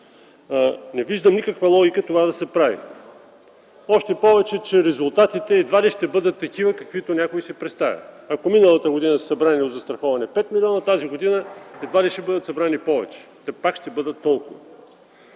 Не виждам никаква логика да се прави това, още повече резултатите едва ли ще бъдат такива, каквито някой си представя. Ако миналата година от застраховане са били събрани 5 млн. лв., тази година едва ли ще бъдат събрани повече, те пак ще бъдат толкова.